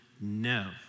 No